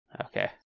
Okay